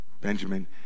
Benjamin